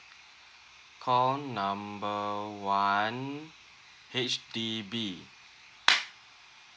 call number one H_D_B